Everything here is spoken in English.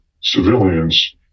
civilians